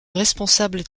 responsable